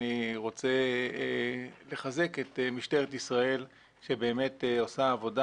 אני רוצה לחזק את משטרת ישראל שבאמת עושה עבודה